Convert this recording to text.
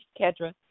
Kedra